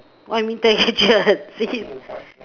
what you mean time captured